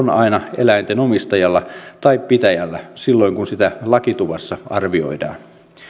aina eläinten omistajalla tai pitäjällä silloin kun sitä lakituvassa arvioidaan